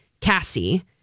Cassie